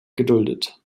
geduldet